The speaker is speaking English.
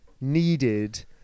needed